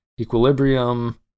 Equilibrium